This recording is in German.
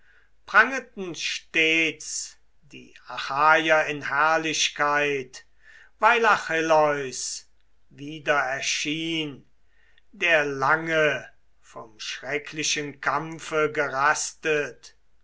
prangeten stets die achaier in herrlichkeit weil achilleus wieder erschien der lange vom schrecklichen kampfe gerastet